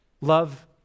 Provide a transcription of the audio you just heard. love